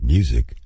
Music